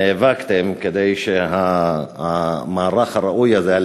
נאבקתם כדי שהמערך הראוי הזה,